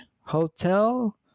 Hotel